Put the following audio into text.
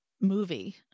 movie